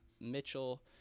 Mitchell